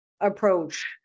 approach